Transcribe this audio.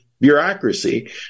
bureaucracy